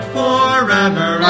forever